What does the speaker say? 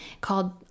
called